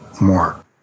more